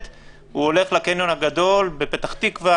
בעל עסק כזה שאיבד את הקליינטורה שלו לא יפתח יותר.